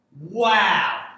Wow